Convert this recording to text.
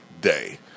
day